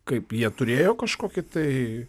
kaip jie turėjo kažkokį tai